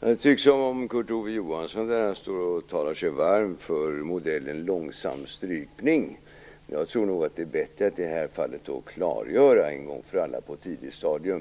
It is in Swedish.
Herr talman! Det tycks som om Kurt Ove Johansson här står och talar sig varm för modellen långsam strypning. Jag tror nog att det är bättre i det här fallet att en gång för alla på ett tidigt stadium